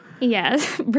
Yes